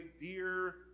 Dear